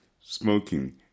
smoking